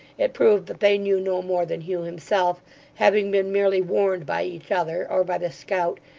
it proved that they knew no more than hugh himself having been merely warned by each other, or by the scout,